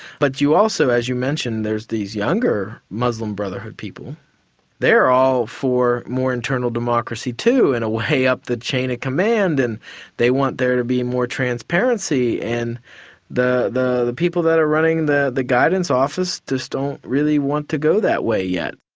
but you also, as you mention, there's these younger muslim brotherhood people they're all for more internal democracy too, in a way, up the chain of command and they want there to be more transparency. and the the the people that are running the the guidance office just don't really want to go that way yet.